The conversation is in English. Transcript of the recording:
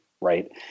right